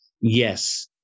yes